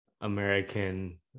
American